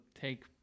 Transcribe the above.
take